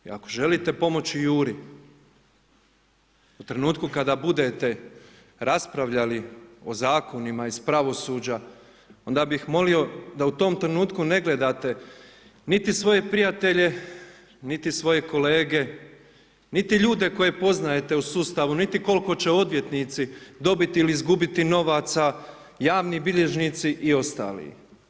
I ako želite pomoći Juri u trenutku kada budete raspravljali o zakonima iz pravosuđa onda bi molio da u tom trenutku ne gledate, niti svoje prijatelje, niti svoje kolege, niti ljude koje poznajete u sustavu, niti koliko će odvjetnici dobiti ili izgubiti novaca, javni bilježnici i ostali.